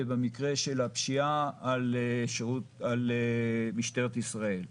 ובמקרה של הפשיעה על משטרת ישראל.